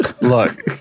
Look